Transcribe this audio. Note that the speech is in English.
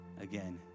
Again